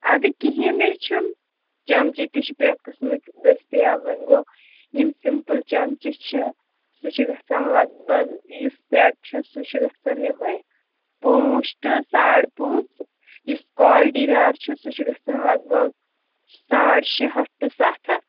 اَدٕ کِہیٖۍ نَے چھُنہٕ چَمچہٕ تہِ چھِ پرٛٮ۪تھ قٕسمٕکۍ دٔستِیاب وۄنۍ گوٚو یِم سِمپٕل چَمچہٕ چھِ سُہ چھِ گَژھان لَگ بَگ یُس سٮ۪ٹ چھِ سُہ چھِ گَژھان یِہوٚے پانٛژھ ٹُہ ساڈ پانٛژھ یُس کالٹی دار چھِ سُہ چھُ گَژھان لَگ بَگ ساڑٕ شےٚ ہَتھ ٹُہ سَتھ ہَتھ